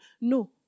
No